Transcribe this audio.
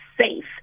safe